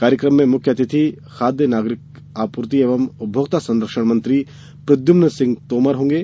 कार्यक्रम के मुख्य अतिथि खाद्य नागरिक आपूर्ति एवं उपभोक्ता संरक्षण मंत्री प्रद्युम्न सिंह तोमर होंगे